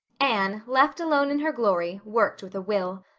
anne, left alone in her glory, worked with a will.